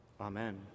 Amen